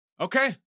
Okay